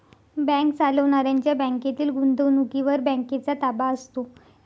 bank चालवणाऱ्यांच्या बँकेतील गुंतवणुकीवर बँकेचा ताबा असतो